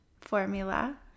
formula